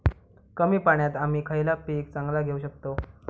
कमी पाण्यात आम्ही खयला पीक चांगला घेव शकताव?